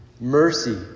Mercy